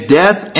death